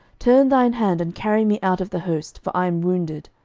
turn thine hand, and carry me out of the host for i am wounded.